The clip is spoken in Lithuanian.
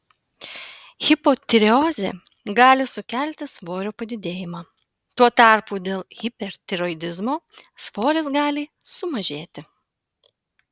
hipotireozė gali sukelti svorio padidėjimą tuo tarpu dėl hipertiroidizmo svoris gali sumažėti